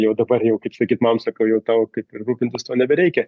jau dabar jau kaip sakyt mam sakau jau tau kaip ir rūpintis tuo nebereikia